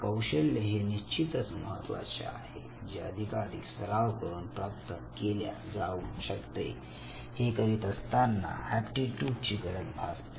कौशल्य हे निश्चितच महत्त्वाचे आहे जे अधिकाधिक सराव करून प्राप्त केल्या जाऊ शकते हे करीत असताना एप्टीट्यूड ची गरज भासते